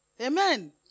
Amen